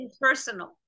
personal